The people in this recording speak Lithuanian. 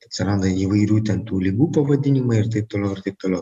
atsiranda įvairių ten tų ligų pavadinimai ir taip toliau ir taip toliau